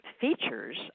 features